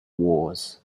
wars